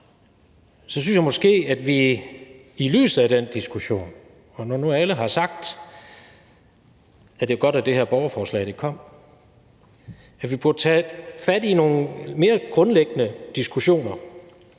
så synes jeg måske, at vi i lyset af den diskussion, og når nu alle har sagt, at det er godt, at det her borgerforslag kom, burde tage fat i nogle mere grundlæggende diskussioner,